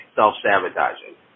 self-sabotaging